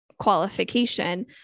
qualification